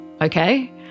okay